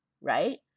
right